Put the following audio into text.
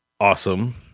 awesome